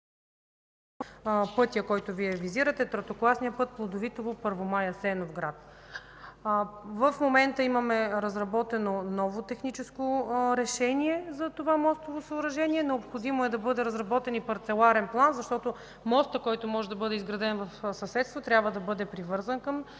път, който Вие визирате, Плодовитово – Първомай – Асеновград. В момента имаме разработено ново техническо решение за това мостово съоръжение. Необходимо е да бъде разработен и парцеларен план, защото мостът, който може да бъде изграден в съседство, трябва да бъде привързан към